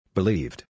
Believed